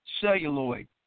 celluloid